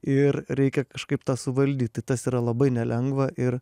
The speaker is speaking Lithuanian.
ir reikia kažkaip tą suvaldyt tai tas yra labai nelengva ir